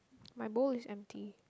my bowl is empty